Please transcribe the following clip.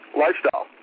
lifestyle